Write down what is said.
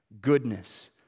goodness